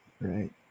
Right